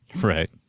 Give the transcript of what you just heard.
Right